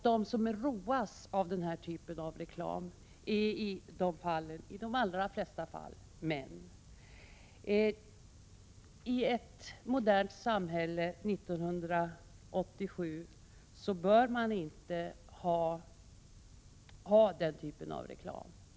De som roas av den här typen av reklam äri de allra flesta fallen män. I ett modernt samhälle 1987 bör man inte ha den typen av reklam.